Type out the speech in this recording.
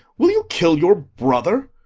will you kill your brother!